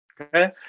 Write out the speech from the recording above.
okay